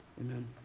amen